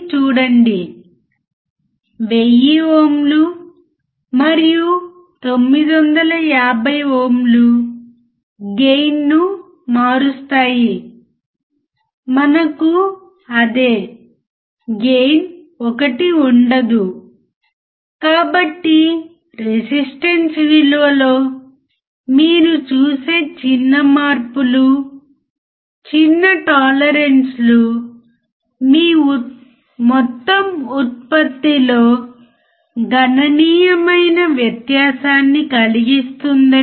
మొదట అతను bias voltage 15 లను వర్తింపజేస్తున్నాడు కాబట్టి మీరు నిజంగా అర్థం చేసుకున్నారో లేదో తెలుసుకోవాలనుకున్నప్పుడు ఎలక్ట్రానిక్స్ తెలియని వ్యక్తికి ఇదే విషయాన్ని వివరించడానికి ప్రయత్నించండి